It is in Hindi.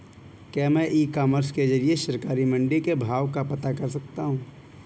क्या मैं ई कॉमर्स के ज़रिए सरकारी मंडी के भाव पता कर सकता हूँ?